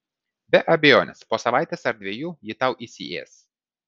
be abejonės po savaitės ar dviejų ji tau įsiės